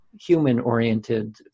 human-oriented